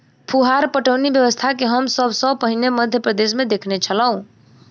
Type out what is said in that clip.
फुहार पटौनी व्यवस्था के हम सभ सॅ पहिने मध्य प्रदेशमे देखने छलौं